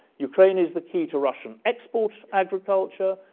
ukraine is the key to russian exports agriculture.